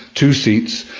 two seats,